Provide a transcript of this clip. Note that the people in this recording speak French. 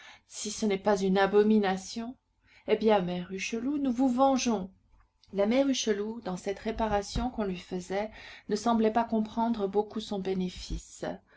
si ce n'est pas une abomination eh bien mère hucheloup nous vous vengeons la mère hucheloup dans cette réparation qu'on lui faisait ne semblait pas comprendre beaucoup son bénéfice